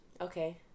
okay